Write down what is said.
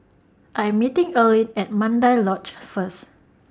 I'm meeting Erline At Mandai Lodge First